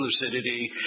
lucidity